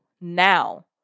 now